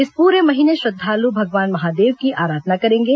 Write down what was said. इस पूरे महीने श्रद्धालु भगवान महादेव की आराधना करेंगे